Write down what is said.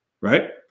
right